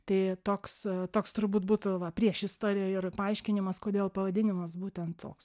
tai toks toks turbūt būtų va priešistorė ir paaiškinimas kodėl pavadinimas būtent toks